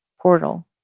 portal